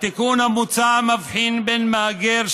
"התיקון המוצע מבחין בין מהגר,